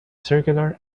circular